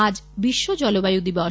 আজ বিশ্ব জলবায়ু দিবস